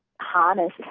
harness